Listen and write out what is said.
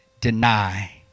deny